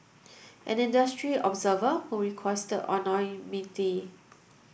an industry observer who requested anonymity